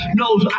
knows